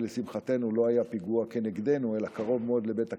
שלשמחתנו לא היה פיגוע כנגדנו אלא קרוב מאוד לבית הכנסת,